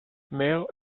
male